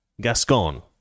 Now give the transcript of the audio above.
Gascon